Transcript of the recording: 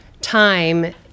time